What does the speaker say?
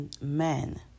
men